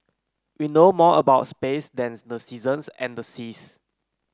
we know more about space than the seasons and the seas